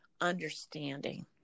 understanding